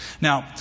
Now